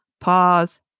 Pause